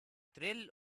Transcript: trill